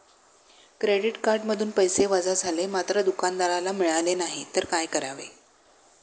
Credit कार्डमधून पैसे वजा झाले मात्र दुकानदाराला मिळाले नाहीत तर काय करावे?